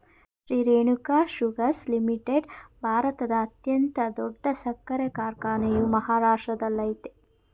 Shri Renuka sugars limited ಭಾರತದ ಅತ್ಯಂತ ದೊಡ್ಡ ಸಕ್ಕರೆ ಕಾರ್ಖಾನೆಯು ಮಹಾರಾಷ್ಟ್ರದಲ್ಲಯ್ತೆ